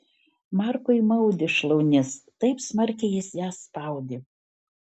markui maudė šlaunis taip smarkiai jis jas spaudė